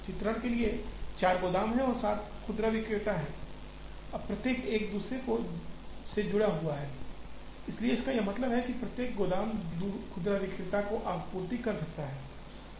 चित्रण के लिए 4 गोदाम हैं और 7 खुदरा विक्रेता हैं अब प्रत्येक एक दूसरे से जुड़ा हुआ है इसलिए इसका मतलब है प्रत्येक गोदाम प्रत्येक खुदरा विक्रेता को आपूर्ति कर सकता है